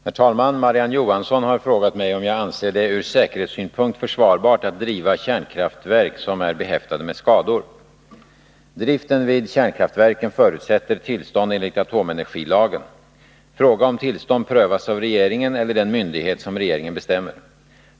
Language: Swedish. Herr talman! Marie-Ann Johansson har frågat mig om jag anser det ur säkerhetssynpunkt försvarbart att driva kärnkraftverk som är behäftade med skador. Driften vid kärnkraftverken förutsätter tillstånd enligt atomenergilagen . Fråga om tillstånd prövas av regeringen eller den myndighet som regeringen bestämmer.